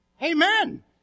Amen